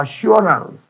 assurance